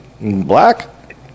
Black